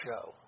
Show